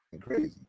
crazy